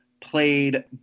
played